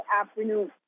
afternoon